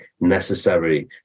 necessary